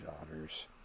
daughters